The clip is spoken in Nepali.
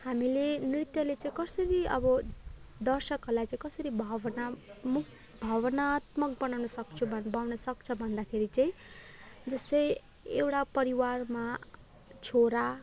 हामीले नृत्यले चाहिँ कसरी अब दर्शकहरूलाई चाहिँ कसरी भावना मूक भावनात्मक बनाउन सक्छु भन्दा बनाउन सक्छ भन्दाखेरि चाहिँ जस्तै एउटा परिवारमा छोरा